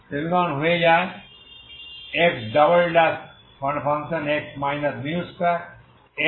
সমীকরণ হয়ে যায় Xx 2Xx0